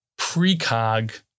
precog